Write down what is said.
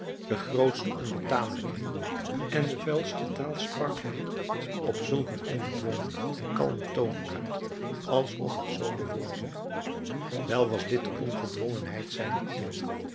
de grootste onbetamelijkheden en vuilste taal sprak hij op zulk een ongedwongen en kalmen toon uit alsof t zoo behoorde wel was dit de ongedwongenheid zijner eeuw